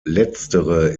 letztere